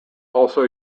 also